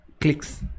clicks